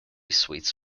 suites